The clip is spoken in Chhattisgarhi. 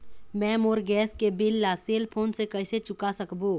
मैं मोर गैस के बिल ला सेल फोन से कइसे चुका सकबो?